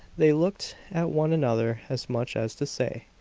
they looked at one another as much as to say,